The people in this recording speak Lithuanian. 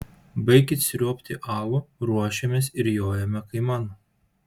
baikit sriuobti alų ruošiamės ir jojame kaiman